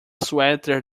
suéter